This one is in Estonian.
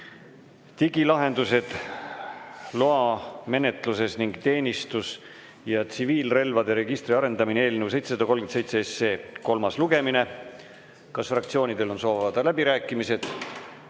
(digilahendused loamenetluses ning teenistus‑ ja tsiviilrelvade registri arendamine) eelnõu 737 kolmas lugemine. Kas fraktsioonidel on soov avada läbirääkimised?